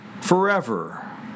forever